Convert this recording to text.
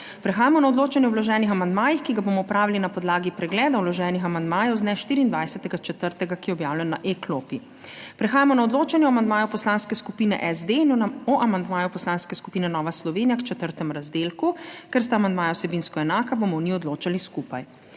Prehajamo na odločanje o vloženih amandmajih, ki ga bomo opravili na podlagi pregleda vloženih amandmajev z dne, 24. 4., ki je objavljen na e klopi. Prehajamo na odločanje o amandmaju Poslanske skupine SD in o amandmaju Poslanske skupine Nova Slovenija k četrtemu razdelku. Ker sta amandmaja vsebinsko enaka, bomo o njih odločali skupaj.